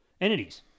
entities